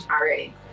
already